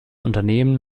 unternehmen